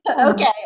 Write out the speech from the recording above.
okay